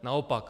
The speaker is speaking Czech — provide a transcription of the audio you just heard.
Naopak.